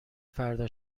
فردا